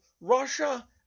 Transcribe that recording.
Russia